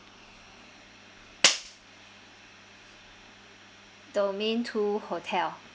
domain two hotel